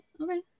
Okay